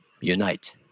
unite